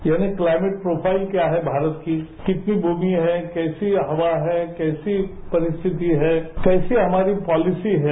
यानी climate profile क्या है भारत की कितनी भूमि है कैसी हवा है कैसी परिस्थिति है कैसी हमारी पॉलिसी है